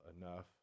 enough